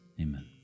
amen